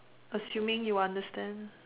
assuming you understand